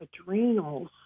adrenals